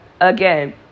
Again